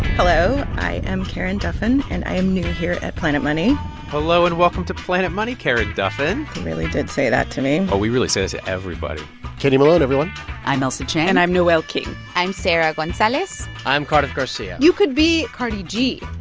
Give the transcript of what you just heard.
hello. i am karen duffin. and i am new here at planet money hello, and welcome to planet money, karen duffin they really did say that to me oh, we really say that to everybody kenny malone, everyone i'm ailsa chang and i'm noel king i'm sarah gonzalez i'm cardiff garcia you could be cardi g